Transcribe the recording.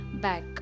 back